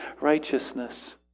righteousness